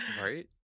Right